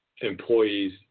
employees